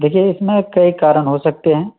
دیکھئے اس میں کئی کارن ہو سکتے ہیں